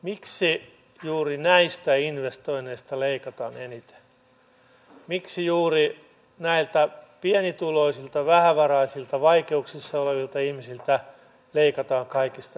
miksi juuri näistä investoinneista leikataan eniten miksi juuri näiltä pienituloisilta vähävaraisilta vaikeuksissa olevilta ihmisiltä leikataan kaikista eniten